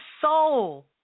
soul